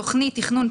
תוכנית תכנון,